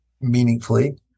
meaningfully